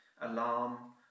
alarm